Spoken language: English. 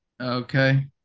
Okay